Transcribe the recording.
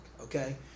okay